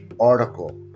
article